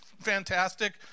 fantastic